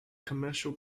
commercial